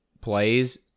plays